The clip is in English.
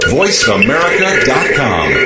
voiceamerica.com